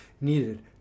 needed